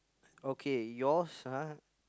okay yours ah